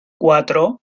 cuatro